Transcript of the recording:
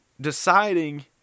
deciding